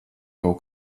kaut